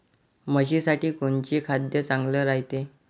म्हशीसाठी कोनचे खाद्य चांगलं रायते?